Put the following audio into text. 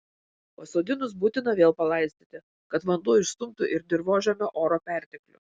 pasodinus būtina vėl palaistyti kad vanduo išstumtų ir dirvožemio oro perteklių